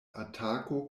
atako